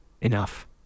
enough